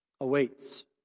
awaits